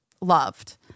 loved